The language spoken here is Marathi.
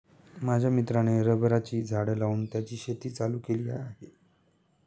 माझ्या मित्राने रबराची झाडं लावून त्याची शेती चालू केली आहे